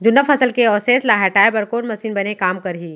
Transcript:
जुन्ना फसल के अवशेष ला हटाए बर कोन मशीन बने काम करही?